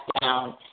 down